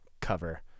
cover